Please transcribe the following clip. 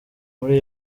muri